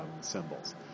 symbols